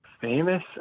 famous